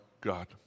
God